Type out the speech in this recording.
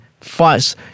fights